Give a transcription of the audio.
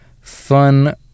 fun